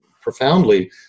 profoundly